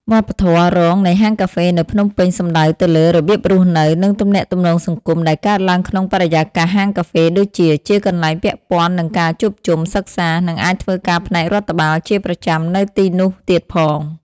វប្បធម៌រងនៃហាងកាហ្វេនៅភ្នំពេញសំដៅទៅលើ របៀបរស់នៅ និងទំនាក់ទំនងសង្គម ដែលកើតឡើងក្នុងបរិយាកាសហាងកាហ្វេ ដូចជា ជាកន្លែងពាក់ព័ន្ធនឹងការជួបជុំ សិក្សា និងអាចធ្វើការផ្នែករដ្ឋបាលជាប្រចាំនៅទីនោះទៀតផង។